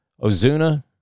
Ozuna